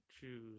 choose